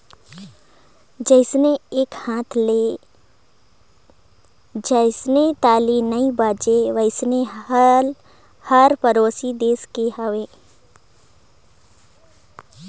जइसे एके हाथ ले जइसे ताली नइ बाजे वइसने हाल हर परोसी देस के हवे